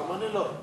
גם אני לא.